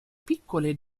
piccole